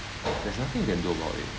there's nothing you can do about it